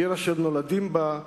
עיר אשר נולדים בה,